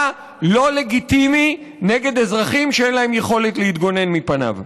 לא לגיטימי נגד אזרחים שאין להם יכולת להתגונן מפניו.